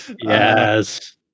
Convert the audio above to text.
Yes